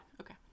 Okay